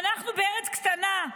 זו בארץ קטנה,